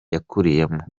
yakuriyemo